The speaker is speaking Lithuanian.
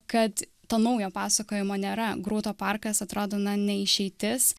kad to naujo pasakojimo nėra grūto parkas atrodo na ne išeitis